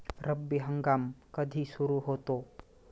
रब्बी हंगाम कधी सुरू होतो?